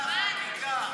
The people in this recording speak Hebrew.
אחלה חקיקה.